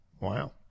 Wow